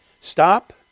Stop